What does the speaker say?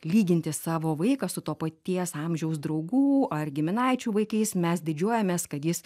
lyginti savo vaiką su to paties amžiaus draugų ar giminaičių vaikais mes didžiuojamės kad jis